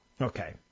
Okay